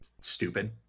stupid